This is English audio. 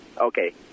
Okay